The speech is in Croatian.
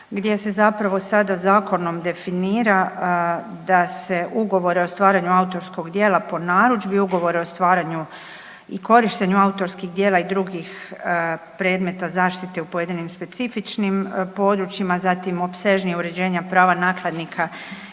gdje se sada zakonom definira da se ugovor o stvaranju autorskog djela po narudžbi, ugovor o stvaranju i korištenju autorskih djela i drugih predmeta zaštite u pojedinim specifičnim područjima, zatim opsežnija uređenja prava nakladnika